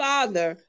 Father